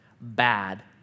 Bad